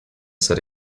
said